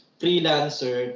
freelancer